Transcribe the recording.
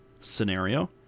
scenario